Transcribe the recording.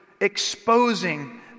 exposing